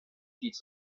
teach